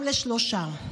אם לשלושה.